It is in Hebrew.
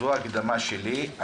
זו ההקדמה שלי.